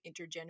intergenerational